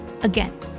Again